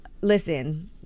listen